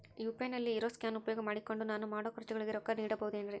UPI ನಲ್ಲಿ ಇರೋ scan ಉಪಯೋಗ ಮಾಡಿಕೊಂಡು ನಾನು ಮಾಡೋ ಖರ್ಚುಗಳಿಗೆ ರೊಕ್ಕ ನೇಡಬಹುದೇನ್ರಿ?